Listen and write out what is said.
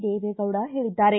ದೇವೆಗೌಡ ಹೇಳಿದ್ದಾರೆ